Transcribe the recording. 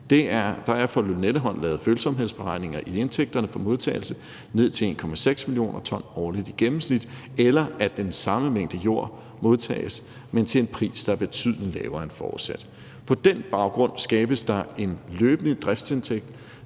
Der er for Lynetteholmen lavet følsomhedsberegninger af indtægterne for modtagelse af ned til 1,6 mio. t jord årligt i gennemsnit eller af, at den samme mængde jord modtages, men til en pris der er betydelig lavere end forudsat. På den baggrund skabes der en løbende driftsindtægt,